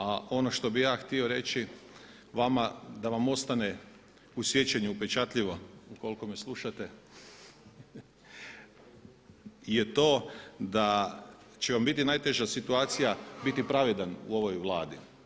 A ono što bih ja htio reći vama da vam ostane u sjećanju upečatljivo ukoliko me slušate je to da će vam biti najteža situacija biti pravedan u ovoj Vladi.